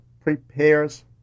prepares